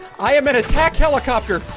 i am an attack helicopter